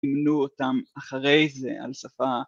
אימנו אותם אחרי זה על שפה.